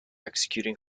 executing